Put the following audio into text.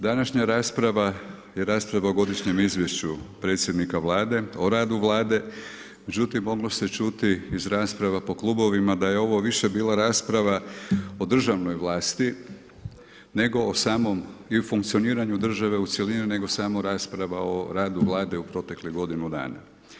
Današnja rasprava je rasprava o Godišnjem izvješću predsjednika Vlade o radu Vlade, međutim moglo se čuti iz rasprava po klubovima da je ovo više bila rasprava o državnoj vlasti nego o samom i funkcioniranju države u cjelini nego samo rasprava o radu Vlade u proteklih godinu dana.